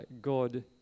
God